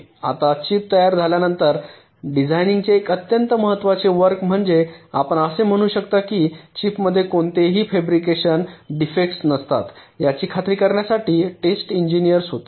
आता चिप तयार झाल्यानंतर डिझाइनर्सचे एक अत्यंत महत्त्वाचे वर्क म्हणजे आपण असे म्हणू शकता की चिपमध्ये कोणतेही फॅब्रिकेशन डेफेक्टस नसतात याची खात्री करण्यासाठी टेस्ट इंजिनयर्स होते